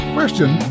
Question